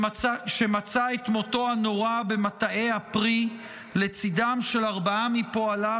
שמצא את מותו הנורא במטעי הפרי לצידם של ארבעה מפועליו,